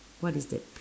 what is that